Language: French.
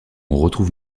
retrouve